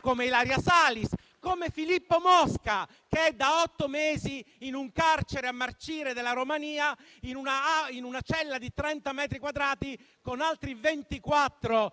come Ilaria Salis o come Filippo Mosca, che è da otto mesi a marcire in un carcere della Romania, in una cella di 30 metri quadrati, con altri 24